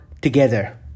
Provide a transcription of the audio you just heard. together